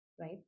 right